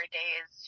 days